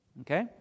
okay